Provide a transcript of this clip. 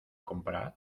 comprar